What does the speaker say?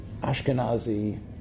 Ashkenazi